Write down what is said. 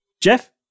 Jeff